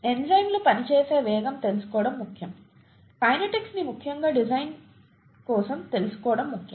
ఎంజైమ్లు పనిచేసే వేగం తెలుసుకోవడం ముఖ్యం కైనెటిక్స్ ని ముఖ్యంగా డిజైన్ కోసం తెలుసుకోవడం ముఖ్యం